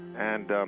and um